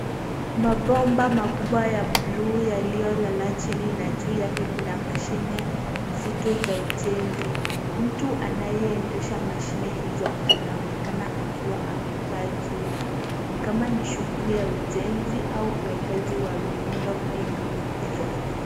Mabomba makubwa ya blue yaliyolala chini na juu yake kuna mashine nzito za ujenzi. Mtu anayeendesha mashine hizo anaonekana akiwa amekaa juu na ni kama ni shughuli ya ujenzi au uwekaji wa miundo mbinu mikubwa.